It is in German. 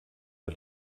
war